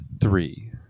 Three